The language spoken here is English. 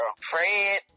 Fred